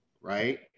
Right